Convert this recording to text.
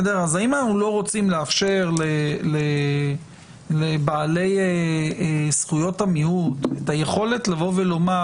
האם אנחנו לא רוצים לאפשר לבעלי זכויות המיעוט את היכולת לבוא ולומר